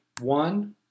One